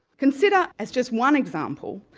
consider, as just one example,